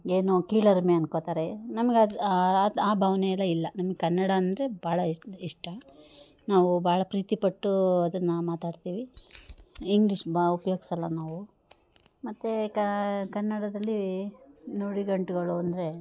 ಏನೋ ಕೀಳರಿಮೆ ಅಂದ್ಕೊಳ್ತಾರೆ ನಮ್ಗೆ ಅದು ಆ ಭಾವನೆ ಎಲ್ಲ ಇಲ್ಲ ನಮಗೆ ಕನ್ನಡ ಅಂದರೆ ಭಾಳ ಇಷ್ಟ ನಾವು ಭಾಳ ಪ್ರೀತಿ ಪಟ್ಟೂ ಅದನ್ನು ಮಾತಾಡ್ತೀವಿ ಇಂಗ್ಲಿಷ್ ಬಾ ಉಪಯೋಗಿಸೋಲ್ಲ ನಾವು ಮತ್ತೆ ಈಗ ಕನ್ನಡದಲ್ಲಿ ನುಡಿಗಟ್ಟುಗಳು ಅಂದರೆ